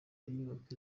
inyubako